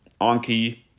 Anki